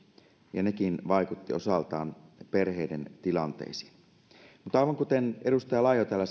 ja nekin vaikuttivat osaltaan perheiden tilanteisiin mutta aivan kuten edustaja laiho täällä